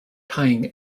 tying